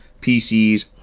PCs